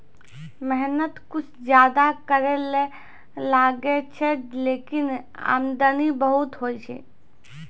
मेहनत कुछ ज्यादा करै ल लागै छै, लेकिन आमदनी बहुत होय छै